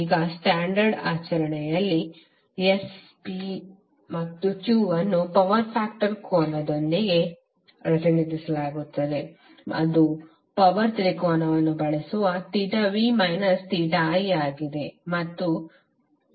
ಈಗ ಸ್ಟ್ಯಾಂಡರ್ಡ್ ಆಚರಣೆಯಲ್ಲಿ S P ಮತ್ತು Q ಅನ್ನು ಪವರ್ ಫ್ಯಾಕ್ಟರ್ ಕೋನದೊಂದಿಗೆ ಪ್ರತಿನಿಧಿಸಲಾಗುತ್ತದೆ ಅದು ಪವರ್ ತ್ರಿಕೋನವನ್ನು ಬಳಸುವ v i ಆಗಿದೆ